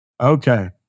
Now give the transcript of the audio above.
Okay